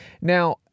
Now